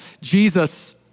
Jesus